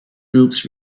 groups